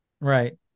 right